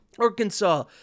Arkansas